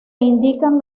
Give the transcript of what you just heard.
indican